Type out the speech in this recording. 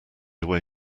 away